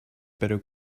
better